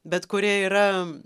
bet kurie yra